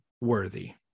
worthy